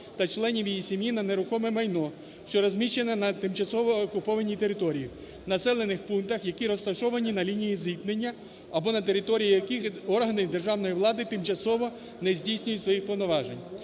та членів її сім'ї на нерухоме майно, що розміщене на тимчасово окупованій території, в населених пунктах, які розташовані на лінії зіткнення або на території яких органи державної влади тимчасово не здійснюють своїх повноважень,